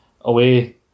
away